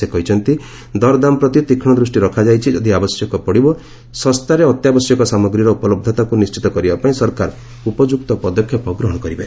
ସେ କହିଛନ୍ତି ଦରଦାମ ପ୍ରତି ତୀକ୍ଷ୍କ ଦୃଷ୍ଟି ରଖାଯାଇଛି ଯଦି ଆବଶ୍ୟକ ପଡ଼ିବ ଶସ୍ତାରେ ଅତ୍ୟାବଶ୍ୟକୀୟ ସାମଗ୍ରୀର ଉପଲବ୍ଧତାକୁ ନିଶ୍ଚିତ କରିବା ପାଇଁ ସରକାର ଉପଯୁକ୍ତ ପଦକ୍ଷେପ ଗ୍ରହଣ କରିବେ